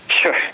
Sure